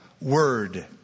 Word